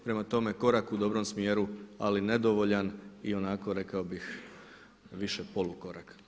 Prema tome, korak u dobrom smjeru ali nedovoljan i onako rekao bih više polukorak.